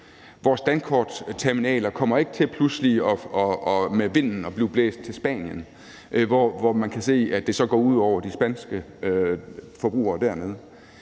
Vores dankortterminaler kommer ikke til pludselig med vinden at blive blæst til Spanien, hvor man kan se, at det så går ud over de spanske forbrugere dernede.